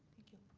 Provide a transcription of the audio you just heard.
thank you.